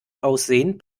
aussehen